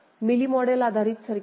mealy model आधारित circuit